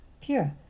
pure